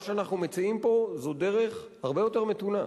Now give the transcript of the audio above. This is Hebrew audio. מה שאנחנו מציעים פה זו דרך הרבה יותר מתונה: